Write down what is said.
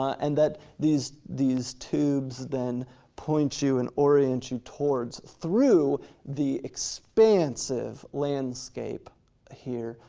and that these these tubes then point you and orient you towards, through the expansive landscape here,